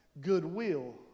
goodwill